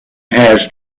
has